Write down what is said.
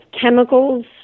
chemicals